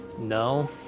No